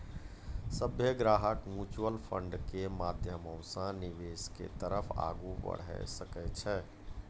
सभ्भे ग्राहक म्युचुअल फंडो के माध्यमो से निवेश के तरफ आगू बढ़ै सकै छै